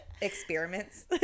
Experiments